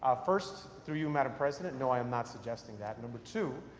ah first, through you madam president, no, i'm not suggesting that, number two,